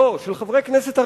של חברי הכנסת?